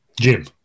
Jim